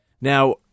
Now